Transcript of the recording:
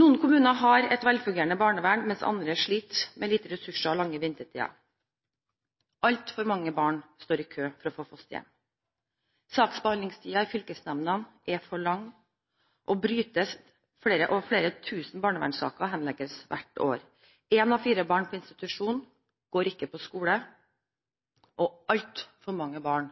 Noen kommuner har et velfungerende barnevern, mens andre sliter med lite ressurser og lange ventetider. Altfor mange barn står i kø for å få fosterhjem. Saksbehandlingstiden i fylkesnemndene er for lang – og brytes – og flere tusen barnevernssaker henlegges hvert år. Ett av fire barn på institusjon går ikke på skole, og altfor mange barn